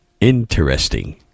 Interesting